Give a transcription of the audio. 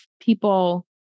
people